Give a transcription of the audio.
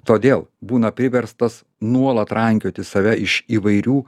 todėl būna priverstas nuolat rankioti save iš įvairių